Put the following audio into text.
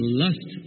lust